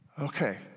Okay